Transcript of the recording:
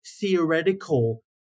theoretical